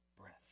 breath